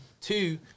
Two